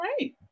right